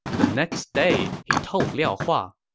the next day, he told liao hua,